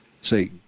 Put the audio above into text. Say